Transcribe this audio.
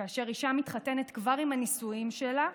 כאשר אישה מתחתנת, כבר עם הנישואים שלה,